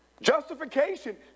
Justification